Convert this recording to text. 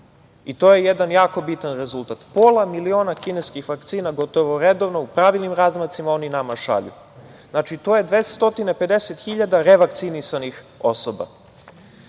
To je jedan jako bitan rezultat. Pola miliona kineskih vakcina gotovo redovno u pravilnim razmacima oni nama šalju. Znači, to je 250 hiljada revakcinisanih osoba. Što